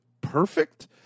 perfect